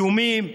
איומים,